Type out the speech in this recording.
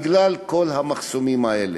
בגלל כל המחסומים האלה,